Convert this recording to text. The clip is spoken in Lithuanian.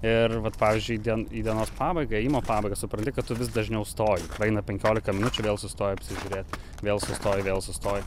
ir vat pavyzdžiui į dien į dienos pabaigą ėjimo pabaigą supranti vis dažniau stoji praeina penkiolika minučių vėl sustoji apsižiūrėt vėl sustoji vėl sustoji